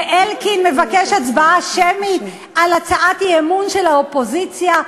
ואלקין מבקש הצבעה שמית על הצעת אי-אמון של האופוזיציה.